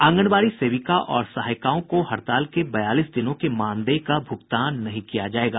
आंगनबाड़ी सेविका और सहायिकाओं को हड़ताल के बयालीस दिनों के मानदेय का भूगतान नहीं किया जायेगा